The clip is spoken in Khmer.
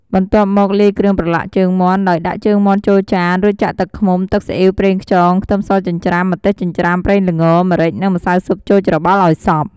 បន្ទាប់មកលាយគ្រឿងប្រឡាក់ជើងមាន់ ដោយដាក់ជើងមាន់ចូលចាន រួចចាក់ទឹកឃ្មុំ ទឹកស៊ីអ៉ីវ ប្រេងខ្យង ខ្ទឹមសចិញ្ច្រាំ ម្ទេសចិញ្ច្រាំ ប្រេងល្ង ម្រេច និងម្សៅស៊ុបចូលច្របល់ឱ្យសព្វ។